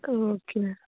okay